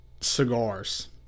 cigars